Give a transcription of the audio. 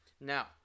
Now